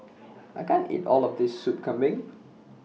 I can't eat All of This Soup Kambing